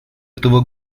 этого